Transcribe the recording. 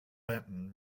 benton